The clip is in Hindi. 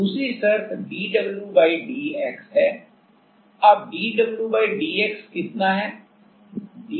दूसरी शर्त dwdx है अब dwdx क्या है